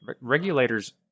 regulators